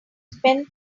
spend